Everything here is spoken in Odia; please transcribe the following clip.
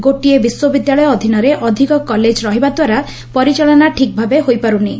ଗୋଟିଏ ବିଶ୍ୱବିଦ୍ୟାଳୟ ଅଧୀନରେ ଅଧୀକ କଲେଜ ରହିବାଦ୍ୱାରା ପରିଚାଳନା ଠିକ୍ ଭାବେ ହୋଇପାରୁନି